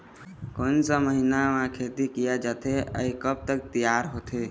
कोन सा महीना मा खेती किया जाथे ये कब तक तियार होथे?